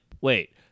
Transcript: Wait